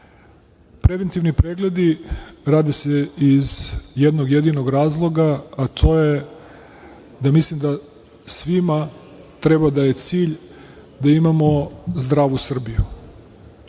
Srbije. Preventivni pregledi rade se iz jednog jedinog razloga, a to je da mislim da svima treba da je cilj da imamo zdravu Srbiju.